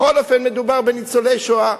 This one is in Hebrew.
בכל אופן מדובר בניצולי השואה.